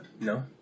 No